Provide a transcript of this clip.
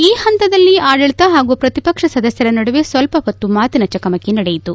ಈ ಪಂತದಲ್ಲಿ ಆಡಳಿತ ಹಾಗೂ ಪ್ರತಿಪಕ್ಷ ಸದಸ್ವರ ನಡುವೆ ಸ್ವಲ್ಪ ಹೊತ್ತು ಮಾತಿನ ಚಕಮಕಿ ನಡೆಯಿತು